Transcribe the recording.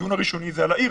הדיון הראשוני הוא על העיר,